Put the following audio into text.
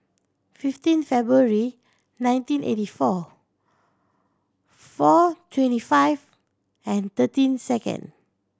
fifteen February nineteen eighty four four twenty five and thirteen second